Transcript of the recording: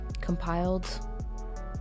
compiled